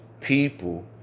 people